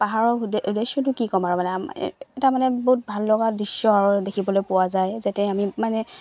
পাহাৰৰ উ উদ্দেশ্যটো কি ক'ম আৰু মানে এটা মানে বহুত ভাল লগা দৃশ্য আৰু দেখিবলৈ পোৱা যায় যাতে আমি মানে